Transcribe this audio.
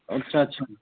ਅੱਛਾ ਅੱਛਾ